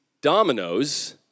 dominoes